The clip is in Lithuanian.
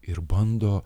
ir bando